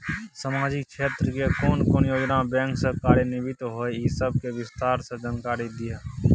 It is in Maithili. सामाजिक क्षेत्र के कोन कोन योजना बैंक स कार्यान्वित होय इ सब के विस्तार स जानकारी दिय?